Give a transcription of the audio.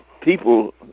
people